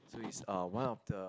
so it's uh one of the